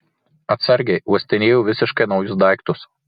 atsargiai uostinėju visiškai naujus daiktus